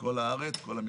בכל הארץ, כל המגזרים.